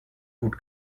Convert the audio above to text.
gut